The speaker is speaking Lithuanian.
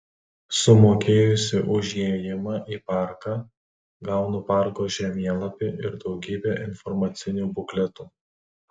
sumokėjusi už įėjimą į parką gaunu parko žemėlapį ir daugybę informacinių bukletų